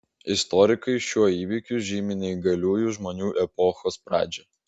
istorikai šiuo įvykiu žymi neįgaliųjų žmonių epochos pradžią